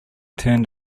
turned